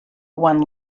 one